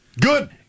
Good